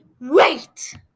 wait